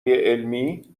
علمی